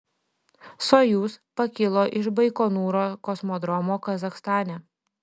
sojuz pakilo iš baikonūro kosmodromo kazachstane